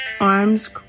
arms